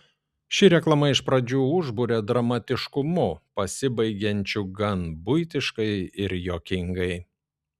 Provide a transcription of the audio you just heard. ši reklama iš pradžių užburia dramatiškumu pasibaigiančiu gan buitiškai ir juokingai